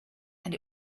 and